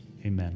amen